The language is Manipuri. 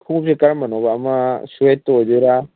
ꯈꯣꯡꯉꯨꯞꯁꯦ ꯀꯔꯝꯕꯅꯣꯕ ꯑꯃ ꯁ꯭ꯋꯦꯠꯇꯣ ꯑꯣꯏꯗꯣꯏꯔꯥ